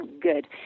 good